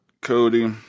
Cody